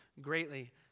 greatly